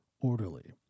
orderly